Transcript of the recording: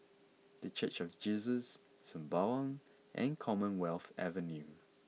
the Church of Jesus Sembawang and Commonwealth Avenue